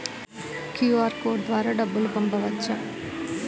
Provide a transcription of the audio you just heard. QR code ద్వారా డబ్బులు పంపవచ్చా?